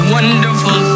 wonderful